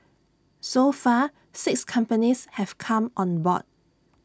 so far six companies have come on board